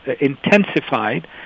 intensified